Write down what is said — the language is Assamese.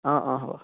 অঁ অঁ হ'ব